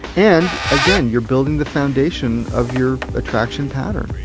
and again, you're building the foundation of your attraction pattern ring,